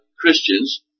Christians